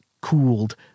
cooled